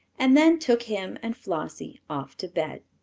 and then took him and flossie off to bed.